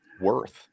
worth